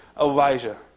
Elijah